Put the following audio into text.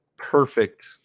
Perfect